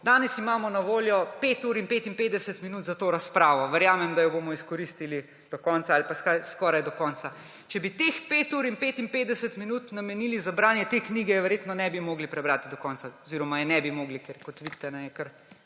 Danes imamo na voljo 5 uri in 55 minut za to razpravo. Verjamem, da jo bomo izkoristili do konca ali pa skoraj do konca. Če bi teh 5 uri in 55 minut namenili za branje te knjige, je verjetno ne bi mogli prebrati do konca oziroma je ne bi mogli, ker kot vidite, je kar